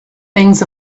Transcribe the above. things